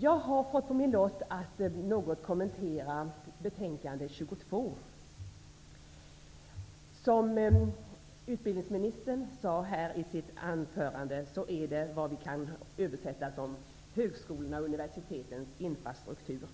Jag har fått på min lott att något kommentera betänkande UbU22. Som utbildningsministern sade i sitt anförande handlar det om vad som kan översättas som högskolornas och universitetens infrastruktur.